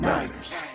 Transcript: Niners